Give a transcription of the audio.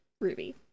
Ruby